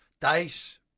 Dice